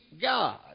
God